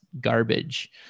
garbage